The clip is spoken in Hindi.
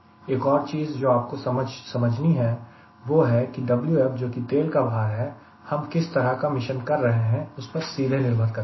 एक और चीज जो आपको समझ नहीं है वह है Wf जो कि तेल का भार है हम किस तरह का मिशन कर रहा है उस पर सीधे निर्भर करता है